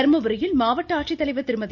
தர்மபுரியில் மாவட்ட ஆட்சித்தலைவர் திருமதி